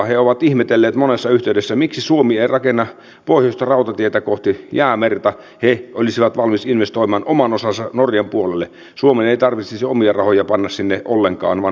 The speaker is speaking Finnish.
on myös aito huoli siitä että monet kiireellä jo läpiviedyt lait tulevat meidän eteemme vielä uudestaan vaatien erilaisia korjauksia kun käytännön elämä tuo esiin vaikutukset jotka oli etukäteen jätetty arvioimatta